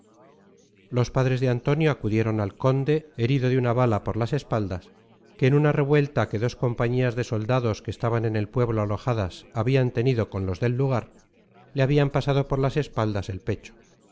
los padres de antonio acudieron al conde herido de una bala por las espaldas que en una revuelta que dos compañías de soldados que estaban en el pueblo alojadas habian tenido con los del lugar le habian pasado por las espaldas el pecho